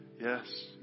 yes